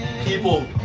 people